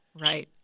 Right